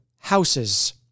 houses